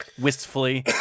wistfully